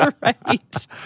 right